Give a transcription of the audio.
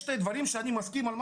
יש שני דברים שאני מסכים אתו: